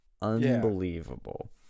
unbelievable